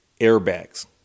airbags